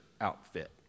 outfit